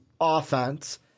offense